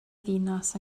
ddinas